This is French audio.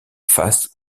face